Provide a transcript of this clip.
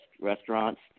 restaurants